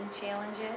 challenges